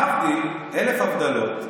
להבדיל אלף הבדלות,